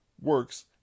works